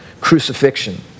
crucifixion